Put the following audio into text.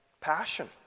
passion